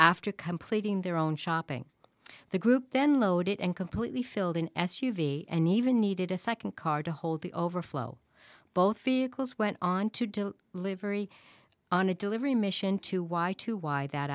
after completing their own shopping the group then loaded and completely filled an s u v and even needed a second car to hold the overflow both feet close went on to do a livery on a delivery mission to why to why that